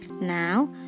Now